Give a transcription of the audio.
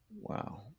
Wow